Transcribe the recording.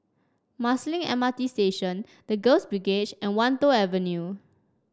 Marsiling M R T Station The Girls Brigade and Wan Tho Avenue